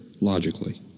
logically